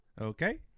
Okay